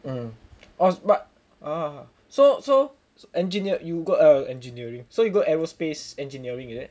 mm else what oh so so engineer you go engineering so you go aerospace engineering is it